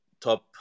Top